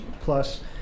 plus